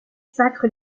sacre